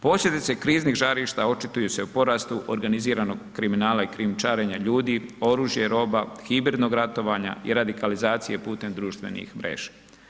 Posljedice kriznih žarišta očituju se u porastu organiziranog kriminala i krijumčarenja ljudi, oružja i roba, hibridnog ratovanja i radikalizacije putem društvenih mreža.